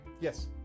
yes